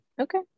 Okay